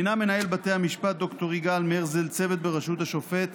מינה מנהל בתי המשפט ד"ר יגאל מרזל צוות בראשות השופט